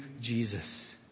Jesus